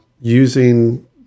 using